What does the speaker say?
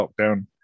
lockdown